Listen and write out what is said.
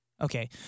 Okay